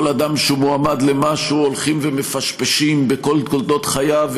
אדם שהוא מועמד למשהו הולכים ומפשפשים בכל תולדות חייו,